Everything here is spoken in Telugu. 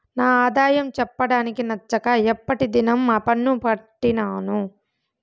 నా ఆదాయం చెప్పడానికి నచ్చక ఎప్పటి దినం పన్ను కట్టినాను